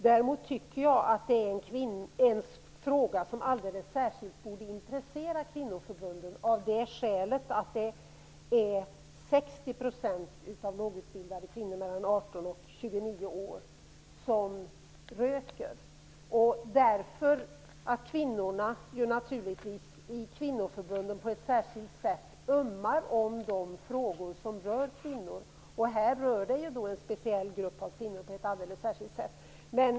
Däremot tycker jag att detta är en fråga som alldeles särskilt borde intressera kvinnoförbunden, av det skälet att 60 % av de lågutbildade kvinnorna mellan 18 och 29 år röker. Kvinnoförbunden ömmar naturligtvis på ett särskilt sätt för de frågor som rör kvinnor. Det rör sig ju i det här fallet om en speciell grupp av kvinnor på ett alldeles särskilt sätt.